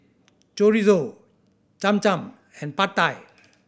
Chorizo Cham Cham and Pad Thai